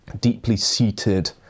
deeply-seated